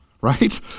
right